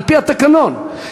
על-פי התקנון,